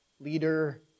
leader